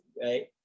right